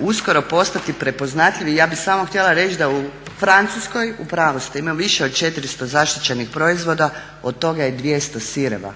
uskoro postati prepoznatljivi. Ja bih samo htjela reći da u Francuskoj, u pravu ste, ima više od 400 zaštićenih proizvoda, od toga je 200 sireva.